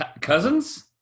Cousins